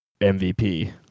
mvp